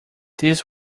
this